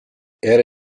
era